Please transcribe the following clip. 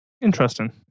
Interesting